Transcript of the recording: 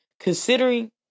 considering